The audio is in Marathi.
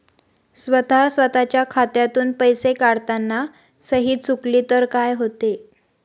स्वतः स्वतःच्या खात्यातून पैसे काढताना सही चुकली तर काय होते?